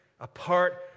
apart